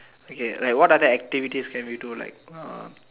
okay like what other activities can we do like uh